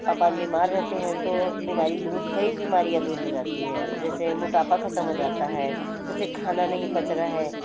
अपन बीमार रहते हैं तो बीमारी दूर कई बीमारियाँ दूर हो जाती है जैसे मोटापा खत्म हो जाता है जैसे खाना नहीं पच रहा है